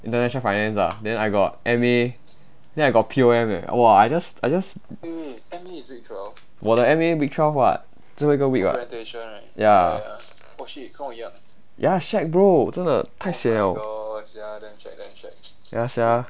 international finance ah then I got M_A then I got P_O_M leh !wah! I just I just 我的 M_A week twelve [what] 最后一个 week [what] ya ya shag bro 真的太 sian liao ya sia